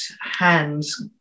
hands